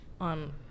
on